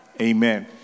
Amen